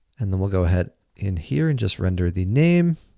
and then, we'll go ahead in here and just render the name.